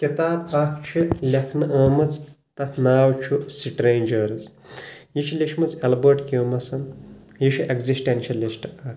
کتاب اکھ چھ لیکھنہٕ ٲمٕژ تَتھ ناو چھُ سٹرینجرس یہِ چھِ لیٖچھمٕژ ایلبٲرٹ کیوٗمَسَن یہِ چھ ایگزِسٹینشلِسٹ اکھ